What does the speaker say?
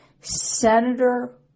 Senator